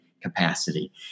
capacity